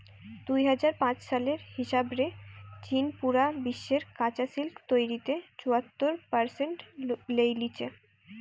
দুই হাজার পাঁচ সালের হিসাব রে চীন পুরা বিশ্বের কাচা সিল্ক তইরির চুয়াত্তর পারসেন্ট লেই লিচে